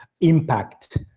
impact